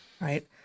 right